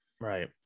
right